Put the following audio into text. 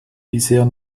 bisher